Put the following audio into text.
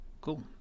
Cool